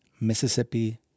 Mississippi